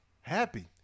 happy